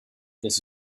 this